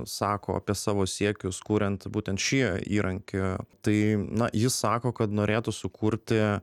sako apie savo siekius kuriant būtent šį įrankį tai na jis sako kad norėtų sukurti